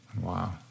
wow